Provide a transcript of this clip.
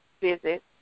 visit